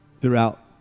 Throughout